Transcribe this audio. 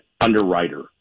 underwriter